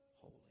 holy